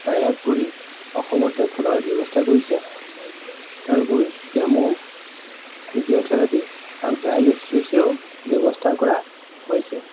Tai up কৰি অসমতে খোলাৰ ব্যৱস্থা কৰিছে তাৰোপৰি কেম' ফিজিঅ'থেৰাপি আৰু ডায়'লচিছো ব্যৱস্থা কৰা হৈছে